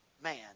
man